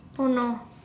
oh no